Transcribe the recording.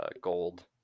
gold